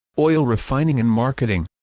oil refining and marketing